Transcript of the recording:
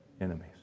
enemies